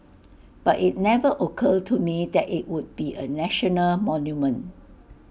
but IT never occurred to me that IT would be A national monument